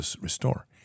restore